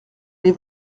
les